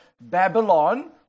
Babylon